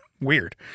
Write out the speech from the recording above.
Weird